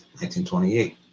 1928